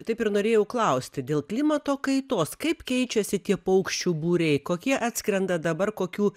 taip ir norėjau klausti dėl klimato kaitos kaip keičiasi tie paukščių būriai kokie atskrenda dabar kokių